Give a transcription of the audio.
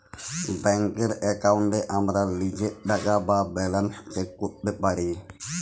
ব্যাংকের এক্কাউন্টে আমরা লীজের টাকা বা ব্যালান্স চ্যাক ক্যরতে পারি